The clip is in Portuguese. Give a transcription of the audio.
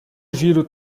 giro